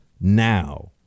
now